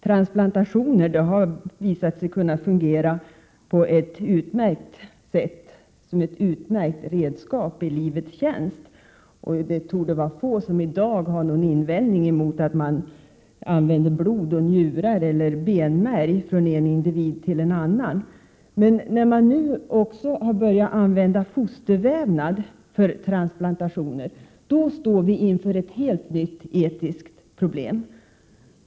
Transplantationer har visat sig kunna fungera som ett utmärkt redskap i livets tjänst. Det torde finnas få som i dag har invändningar mot att blod, njurar och benmärg överförs från en individ till en annan. Men när man nu har börjat använda fostervävnad vid transplantationer står vi inför ett helt nytt etiskt problem.